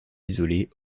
isolées